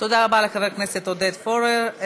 תודה רבה לחבר הכנסת עודד פורר.